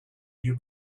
you